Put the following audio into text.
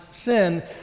sin